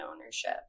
ownership